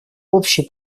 общей